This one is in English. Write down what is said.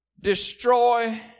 destroy